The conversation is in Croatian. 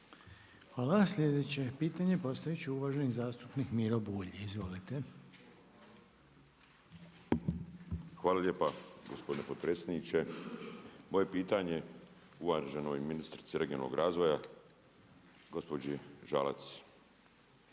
Hvala. Sljedeće pitanje postavit će uvaženi zastupnik Miro Bulj, izvolite. **Bulj, Miro (MOST)** Hvala lijepa gospodine potpredsjedniče. Moje pitanje je uvaženoj ministrici regionalnog razvoja gospođi Žalac.